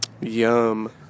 Yum